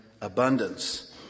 abundance